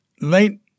late